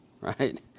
right